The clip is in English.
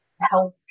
help